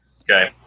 Okay